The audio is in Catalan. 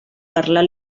parlar